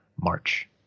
March